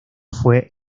fue